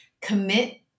Commit